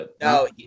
No